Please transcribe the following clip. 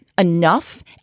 enough